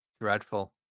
Dreadful